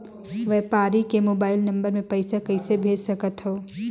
व्यापारी के mobile number मे पईसा कइसे भेज सकथव?